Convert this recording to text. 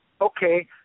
Okay